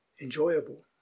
enjoyable